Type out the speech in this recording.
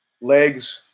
legs